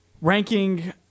Ranking